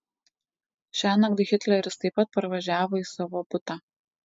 šiąnakt hitleris taip pat parvažiavo į savo butą